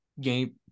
game